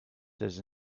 does